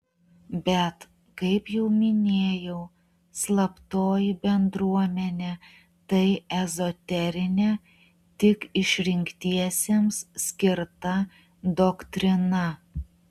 bet kaip jau minėjau slaptoji bendruomenė tai ezoterinė tik išrinktiesiems skirta doktrina